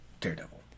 Daredevil